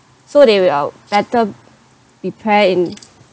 so they will better prepare in